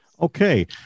Okay